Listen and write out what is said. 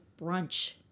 brunch